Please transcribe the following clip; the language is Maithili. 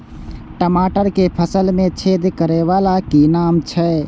टमाटर के फल में छेद करै वाला के कि नाम छै?